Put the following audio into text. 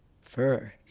First